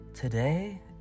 Today